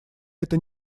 это